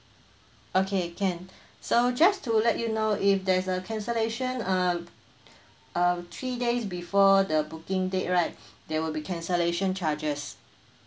okay can so just to let you know if there's a cancellation uh uh three days before the booking date right there will be cancellation charges